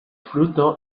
fruto